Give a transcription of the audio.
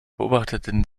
beobachteten